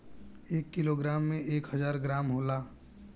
एक किलोग्राम में एक हजार ग्राम होला